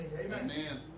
Amen